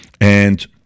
And-